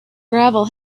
gravel